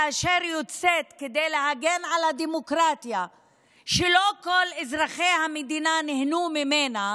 כאשר היא יוצאת להגן על הדמוקרטיה שלא כל אזרחי המדינה נהנו ממנה